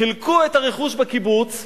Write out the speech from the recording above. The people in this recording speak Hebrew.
חילקו את הרכוש בקיבוץ.